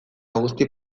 guzti